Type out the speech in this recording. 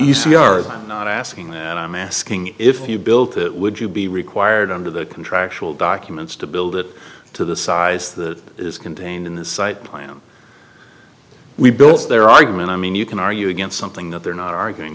are not asking and i'm asking if you built it would you be required under the contractual documents to build it to the size that is contained in the site plan we built their argument i mean you can argue against something that they're not arguing